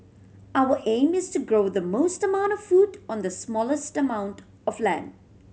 our aim is to grow the most amount of food on the smallest amount of land